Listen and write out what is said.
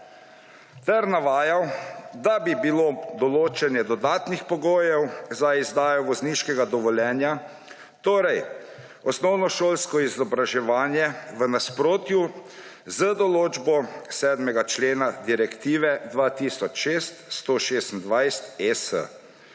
pred sabo, da bi bilo določanje dodatnih pogojev za izdajo vozniškega dovoljenja, torej osnovnošolsko izobraževanje, v nasprotju z določbo 7. člena direktive 2006/126/ES,